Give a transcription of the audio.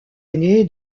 aîné